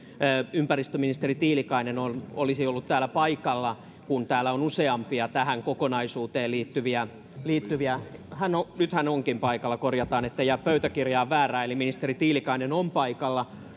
ympäristöministeri tiilikainen olisi ollut täällä paikalla kun täällä on useampia tähän kokonaisuuteen liittyviä liittyviä nyt hän onkin paikalla korjataan ettei jää pöytäkirjaan väärin eli kun ministeri tiilikainen on paikalla